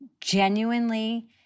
genuinely